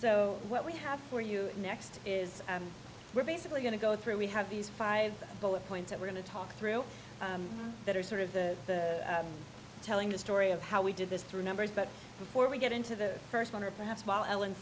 so what we have for you next is we're basically going to go through we have these five bullet points that we're going to talk through that are sort of the telling the story of how we did this through numbers but before we get into the first one or perhaps well